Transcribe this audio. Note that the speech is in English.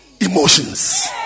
emotions